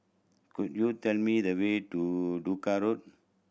could you tell me the way to Duku Road